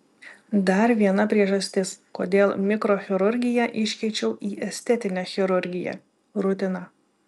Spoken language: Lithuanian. dar viena priežastis kodėl mikrochirurgiją iškeičiau į estetinę chirurgiją rutina